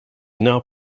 part